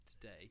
today